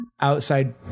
outside